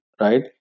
right